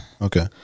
Okay